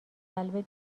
قلبت